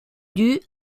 due